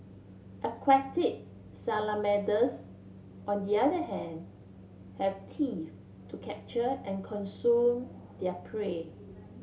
aquatic salamanders on the other hand have teeth to capture and consume their prey